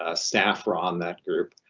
ah staff, were um that group.